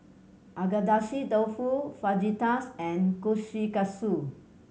Agedashi Dofu Fajitas and Kushikatsu